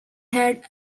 had